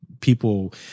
people